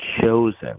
chosen